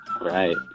Right